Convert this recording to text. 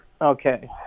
Okay